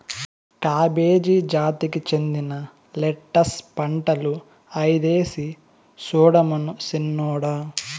cabbage జాతికి చెందిన lettuce పంటలు ఐదేసి సూడమను సిన్నోడా